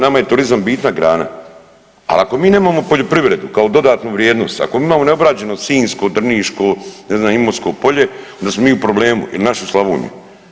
Nama je turizam bitna grana, ali ako mi nemamo poljoprivredu kao dodatnu vrijednost, ako mi imamo neobrađeno sinjsko, drniško, ne znam, imotsko polje onda smo mi u problemu ili našu Slavoniju.